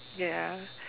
ya